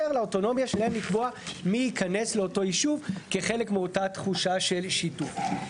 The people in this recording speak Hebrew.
לאוטונומיה שלהם מי ייכנס לאותו ישוב כחלק מאותה תחושה של שיתוף.